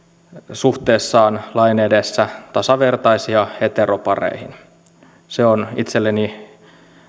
suhteessaan lain edessä tasavertaisia heteropareihin nähden se on itselleni